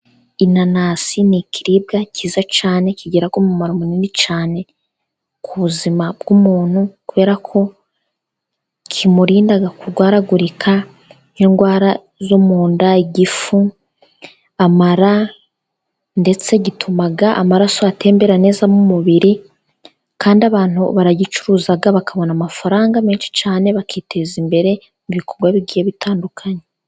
Inanasi ni ikiribwa cyiza cyane, kigira umumaro munini cyane ku buzima bw'umuntu, kubera ko kimurinda kurwaragurika nk' indwara zo mu nda. Igifu, amara, ndetse gituma amaraso atembera neza mu mubiri, kandi abantu baragicuruza bakabona amafaranga menshi cyane, bakiteza imbere mu bikorwa bigiye bitandukanye.